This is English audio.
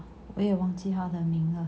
我也忘记他的名字了